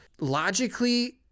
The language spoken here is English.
logically